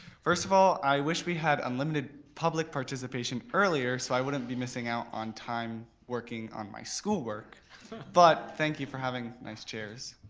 first of all i wish we have unlimited public participation earlier so i wouldn't be missing out on time working on my schoolwork but thank you having nice chairs.